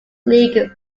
league